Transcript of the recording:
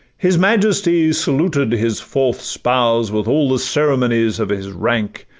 his majesty saluted his fourth spouse with all the ceremonies of his rank,